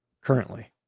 currently